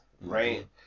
right